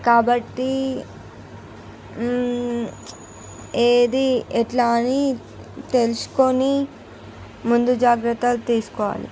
కాబట్టి ఏది ఎట్లా అని తెలుసుకొని ముందు జాగ్రత్తలు తీసుకోవాలి